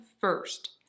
first